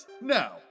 Now